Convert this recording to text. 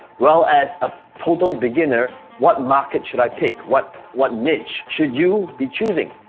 well, as a total beginner, what market should i pick? what what niche should you be choosing?